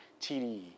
TDE